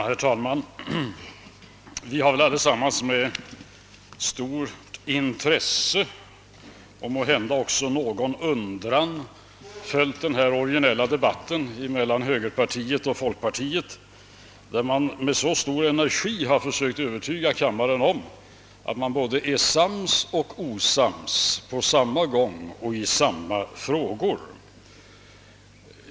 Herr talman! Vi har väl allesamman med stort intresse och måhända också någon undran följt den här originella debatten mellan högerpartiet och folkpartiet, där man med så stor energi har försökt övertyga kammaren om att man både är sams och osams på samma gång och i samma frågor.